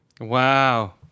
wow